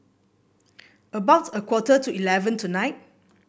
about a quarter to eleven tonight